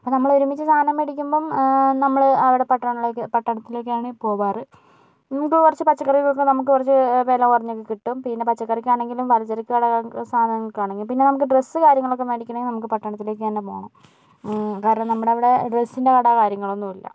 അപ്പോൾ നമ്മളൊരുമിച്ച് സാധനം മേടിക്കുമ്പോൾ നമ്മള് അവിടെ പട്ടണത്തിലേക്ക് പട്ടണങ്ങളിലേക്കാണ് പോവാറ് മുമ്പ് കുറച്ച് പച്ചക്കറിക്കൊക്കെ നമുക്ക് കുറച്ച് വിലകുറഞ്ഞൊക്കെ കിട്ടും പിന്നെ പച്ചക്കറിക്കാണെങ്കിലും പലചരക്ക് കട സാധനങ്ങൾക്കാണെങ്കിലും പിന്നെ നമുക്ക് ഡ്രസ്സ് കാര്യങ്ങളൊക്കെ മേടിക്കണമെങ്കിൽ നമുക്ക് പട്ടണത്തിലേക്ക് തന്നെ പോവണം കാരണം നമ്മുടെയവിടെ ഡ്രെസ്സിൻ്റെ കട കാര്യങ്ങളൊന്നും ഇല്ല